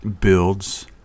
builds